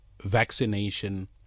vaccination